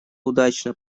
удачно